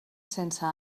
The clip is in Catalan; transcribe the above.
sense